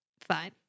fine